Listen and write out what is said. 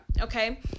okay